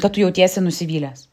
tu jautiesi nusivylęs